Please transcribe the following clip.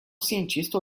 cientista